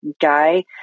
guy